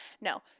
no